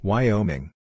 Wyoming